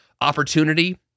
opportunity